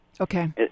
Okay